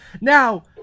Now